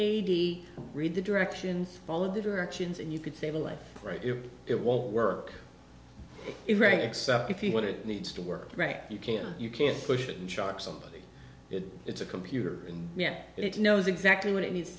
eighty read the directions follow the directions and you could save a life right if it won't work very except if you want it needs to work right you can you can push it and shock somebody it's a computer and yet it knows exactly what it needs